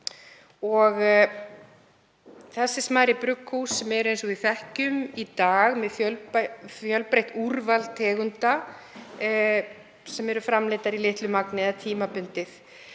stöðum. Smærri brugghús eru, eins og við þekkjum í dag, með fjölbreytt úrval tegunda sem eru framleiddar í litlu magni eða tímabundið.